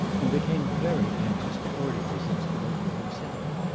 and became very anxious to order this instrument for himself,